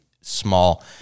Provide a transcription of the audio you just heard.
small